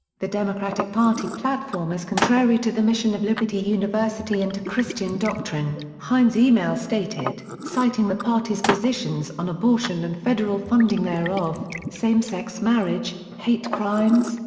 the democratic party platform is contrary to the mission of liberty university and to christian doctrine, hine's e-mail stated, citing the party's positions on abortion and federal funding thereof, same-sex marriage, hate crimes,